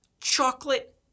Chocolate